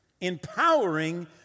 empowering